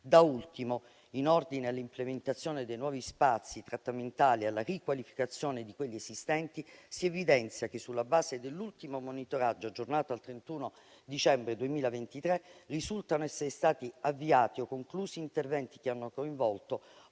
Da ultimo, in ordine all'implementazione dei nuovi spazi trattamentali e alla riqualificazione di quelli esistenti, si evidenzia che, sulla base dell'ultimo monitoraggio, aggiornato al 31 dicembre 2023, risultano essere stati avviati o conclusi interventi che hanno coinvolto